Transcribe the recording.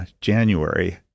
January